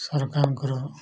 ସରକାରଙ୍କର